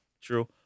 True